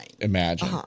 Imagine